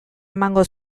emango